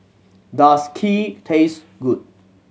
does Kheer taste good